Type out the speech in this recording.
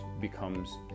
becomes